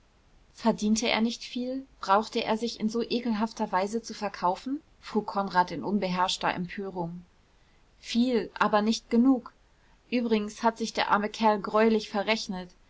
verdiente er nicht viel brauchte er sich in so ekelhafter weise zu verkaufen frug konrad in unbeherrschter empörung viel aber nicht genug übrigens hat sich der arme kerl greulich verrechnet